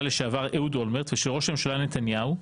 לשעבר אהוד אולמרט ושל ראש הממשלה נתניהו,